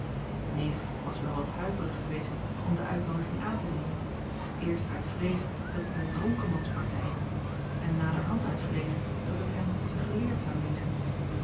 neef was wel wat huiverig geweest om de uitnoodiging aan te nemen eerst uit vrees dat het een van des acob van ennep laasje evenster en naderhand uit vrees dat het hem te geleerd zou wezen